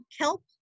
kelp